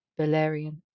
Valerian